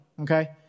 okay